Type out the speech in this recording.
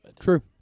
True